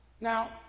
Now